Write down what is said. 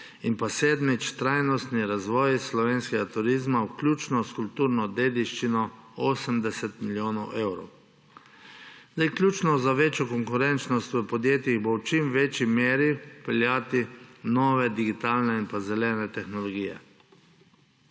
in sedmič, trajnostni razvoj slovenskega turizma, vključno s kulturno dediščino – 80 milijonov evrov. Ključno za večjo konkurenčnost v podjetjih bo v čim večji meri peljati nove, digitalne in zelene tehnologije.